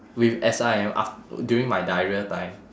with S_I_M af~ during my diarrhoea time